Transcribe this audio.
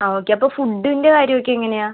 ആ ഓക്കെ അപ്പം ഫുഡ്ഡിൻ്റെ കാര്യമൊക്കെ എങ്ങനെയാണ്